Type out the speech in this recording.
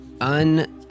un-